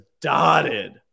dotted